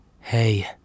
hey